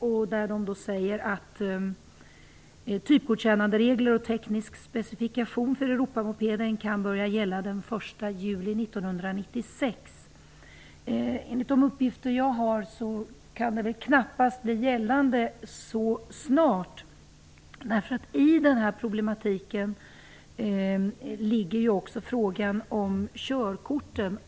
Vägverket säger där att typgodkännanderegler och teknisk specifikation för Europamopeden kan börja gälla den 1 juli 1996. Enligt de uppgifter jag har kan de knappast bli gällande så snart. I problematiken ligger också frågan om körkorten.